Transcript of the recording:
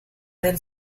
del